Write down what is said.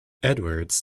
edwards